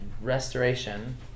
restoration